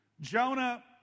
Jonah